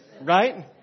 right